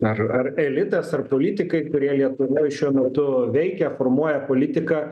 ar ar elitas ar politikai kurie lietuvoj šiuo metu veikia formuoja politiką